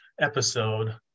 episode